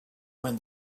when